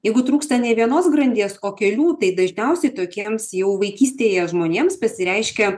jeigu trūksta ne vienos grandies o kelių tai dažniausiai tokiems jau vaikystėje žmonėms pasireiškia